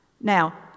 Now